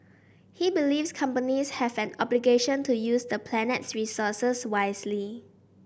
he believes companies have an obligation to use the planet's resources wisely